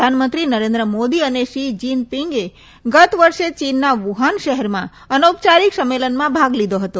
પ્રધાનમંત્રી નરેન્દ્ર મોદી અને શી જીન પિંગે ગત વર્ષે ચીનના વુહાન શહેરમાં અનૌપયારિક સંમેલનમાં ભાગ લીધો હતો